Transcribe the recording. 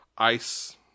Ice